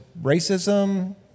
racism